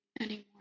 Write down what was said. anymore